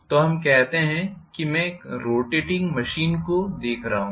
तो हम कहते हैं कि मैं एक रोटेटिंग मशीन को देख रहा हूं